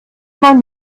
man